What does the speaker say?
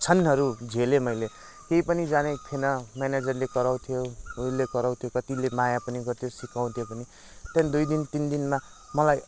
क्षणहरू झेलेँ मैले केही पनि जानेको थिइनँ म्यानेजरले कराउँथ्यो उसले कराउँथ्यो कतिले माया पनि गर्थ्यो सिकाउँथ्यो पनि त्यहाँदेखि दुई दिन तिन दिनमा मलाई